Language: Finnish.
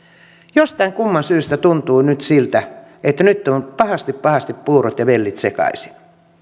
jostain kumman syystä tuntuu nyt siltä että nyt on pahasti pahasti puurot ja vellit sekaisin